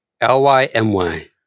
L-Y-M-Y